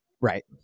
Right